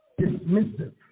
dismissive